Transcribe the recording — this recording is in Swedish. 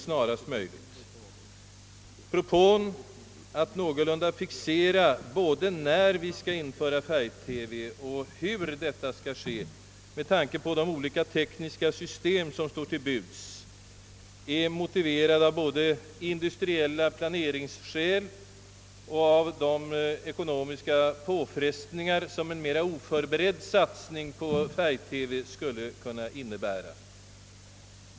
Propån att någorlunda fixera både när vi skall införa färg-TV och hur detta skall ske med tanke på de olika tekniska system som står till buds är motiverad av såväl industriella planeringsbehov som de ekonomiska påfrestningar som en mera oförberedd och koncentrerad satsning på färg-TV skulle kunna innebära.